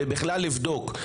בבכלל לבדוק.